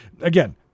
again